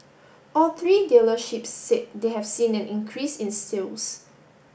all three dealerships said they have seen an increase in sales